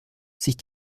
sich